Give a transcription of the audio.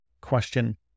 question